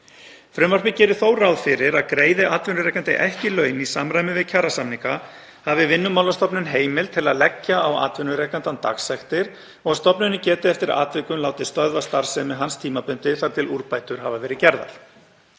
Frumvarpið gerir þó ráð fyrir að greiði atvinnurekandi ekki laun í samræmi við kjarasamninga hafi Vinnumálastofnun heimild til að leggja á atvinnurekandann dagsektir og að stofnunum geti eftir atvikum látið stöðva starfsemi hans tímabundið þar til úrbætur hafa verið gerðar.